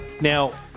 Now